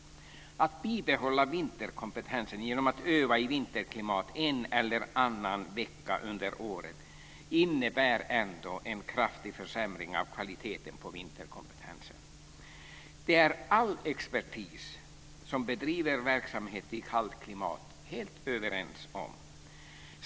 Att bibehålla vinterkompetensen genom att öva i vinterklimat en eller annan vecka under året innebär ändå en kraftig försämring av kvaliteten på vinterkompetensen. Det är all expertis som bedriver verksamhet i kallt klimat helt överens om.